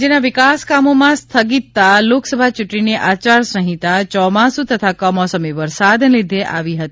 રાજ્યના વિકાસ કામોમાં સ્થગિતતા લોકસભા ચૂંટણીની આચારસંહિતા ચોમાસુ તથા કમોસમી વરસાદને લીધે આવી હતી